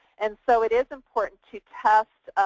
and so it is important to test